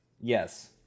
Yes